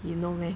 you know meh